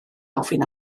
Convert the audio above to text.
ofyn